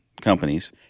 companies